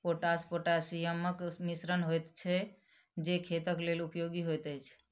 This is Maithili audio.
पोटास पोटासियमक मिश्रण होइत छै जे खेतक लेल उपयोगी होइत अछि